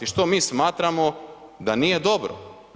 Što mi smatramo da nije dobro.